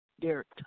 Derek